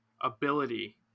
ability